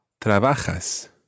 Trabajas